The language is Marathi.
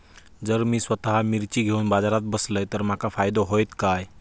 जर मी स्वतः मिर्ची घेवून बाजारात बसलय तर माका फायदो होयत काय?